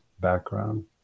background